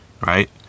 right